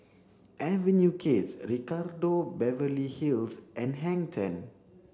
Avenue Kids Ricardo Beverly Hills and Hang Ten